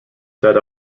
set